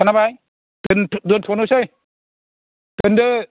खोनाबाय दोनथ'नोसै दोनदो